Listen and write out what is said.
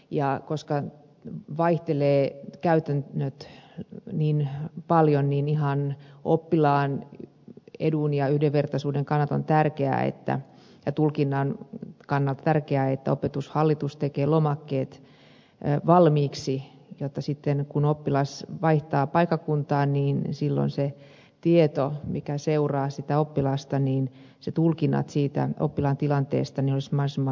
ja koska käytännöt vaihtelevat niin paljon niin ihan oppilaan edun ja yhdenvertaisuuden ja tulkinnan kannalta on tärkeää että opetushallitus tekee lomakkeet valmiiksi jotta sitten kun oppilas vaihtaa paikkakuntaa ja se tieto seuraa sitä oppilasta niin tulkinnat siitä oppilaan tilanteesta olisivat mahdollisimman oikeat